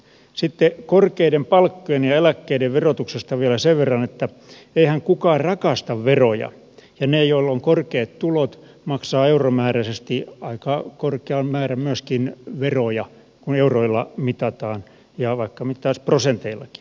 sitten korkeiden palkkojen ja eläkkeiden verotuksesta vielä sen verran että eihän kukaan rakasta veroja ja ne joilla on korkeat tulot maksavat euromääräisesti aika korkean määrän myöskin veroja kun euroilla mitataan ja vaikka mittaisi prosenteillakin